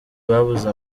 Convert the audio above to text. babuze